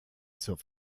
zur